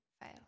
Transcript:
fail